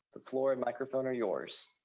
the floor and microphone are yours.